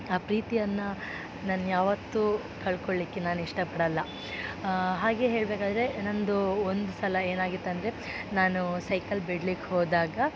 ಆ ಪ್ರೀತಿಯನ್ನು ನಾನು ಯಾವತ್ತು ಕಳಕೊಳ್ಲಿಕ್ಕೆ ನಾನು ಇಷ್ಟಪಡಲ್ಲ ಹಾಗೆ ಹೇಳಬೇಕಾದ್ರೆ ನನ್ನದು ಒಂದು ಸಲ ಏನಾಗಿತ್ತಂದರೆ ನಾನು ಸೈಕಲ್ ಬಿಡ್ಲಿಕ್ಕೆ ಹೋದಾಗ